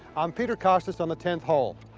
i'm peter kostis on the tenth hole.